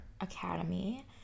Academy